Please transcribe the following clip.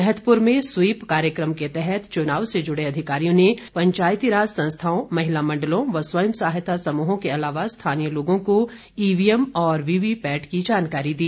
मैहतपुर में स्वीप कार्यक्रम के तहत चुनाव से जुड़े अधिकारियों ने पंचायती राज संस्थाओं महिला मंडलों व स्वयं सहायता समूहों के अलावा स्थानीय लोगों को ईवीएम और वीवीपैट की जानकारी दी